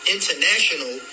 International